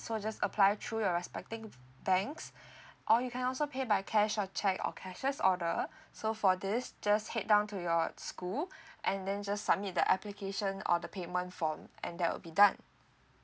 so just apply through your respecting banks or you can also paid by cash or cheque or cashiers order so for this just head down to your school and then just submit the application or the payment form and that will be done